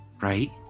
Right